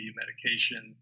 medication